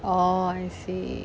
orh I see